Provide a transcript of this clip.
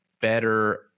better